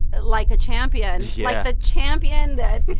like a champion like the champion that,